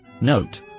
Note